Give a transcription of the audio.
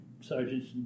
sergeants